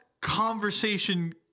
conversation